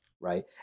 right